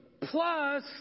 plus